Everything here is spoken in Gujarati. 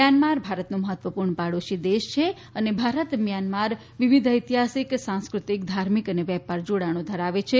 મ્યાનમાર ભારતનો મહત્વપૂર્ણ પાડોશી દેશ છે અને ભારત મ્યાનમાર વિવિધ ઐતિહાસીક સાંસ્કૃતિક ધાર્મિક અને વેપાર જોડાણો ધરાવે છે